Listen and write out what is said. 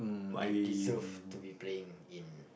they deserve to be playing in